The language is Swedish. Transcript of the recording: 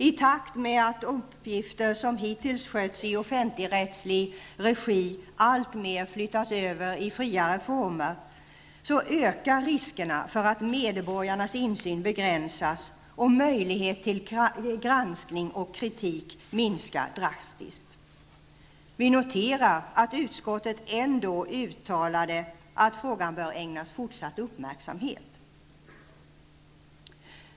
I takt med att uppgifter som hittills skötts i offentligrättslig regi alltmer flyttas över i friare former, ökar riskerna för att medborgarnas insyn begränsas och möjlighet till granskning och kritik minskar drastiskt. Vi noterar att utskottet ändå uttalat att frågan bör ägnas fortsatt uppmärksamhet.